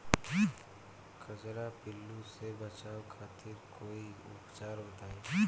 कजरा पिल्लू से बचाव खातिर कोई उपचार बताई?